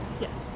Yes